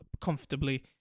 comfortably